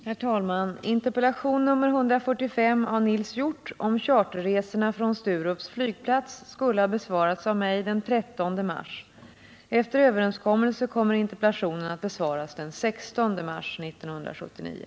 Herr talman! Interpellation nr 145 av Nils Hjorth om charterresorna från Sturups flygplats skulle ha besvarats av mig den 13 mars. Efter överenskommelse kommer interpellationen att besvaras den 16 mars 1979.